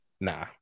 Nah